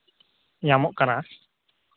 ᱧᱟᱢᱚᱜ ᱠᱟᱱᱟ